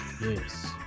Yes